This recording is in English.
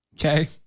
Okay